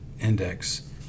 index